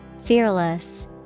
Fearless